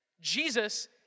Jesus